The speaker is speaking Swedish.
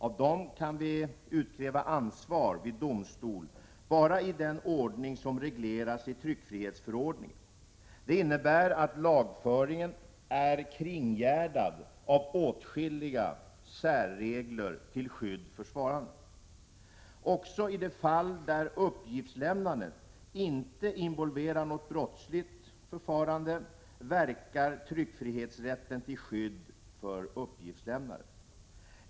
Av dem kan vi utkräva ansvar vid domstol bara enligt vad som regleras i tryckfrihetsförordningen. Det innebär att lagföringen är kringgärdad av åtskilliga särregler till skydd för svaranden. Också i det fall uppgiftslämnandet inte involverar något brottsligt förfarande verkar tryckfrihetsrätten till skydd för uppgiftslämnaren.